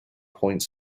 points